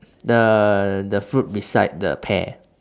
the the fruit beside the pear